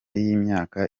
y’imyaka